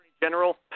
general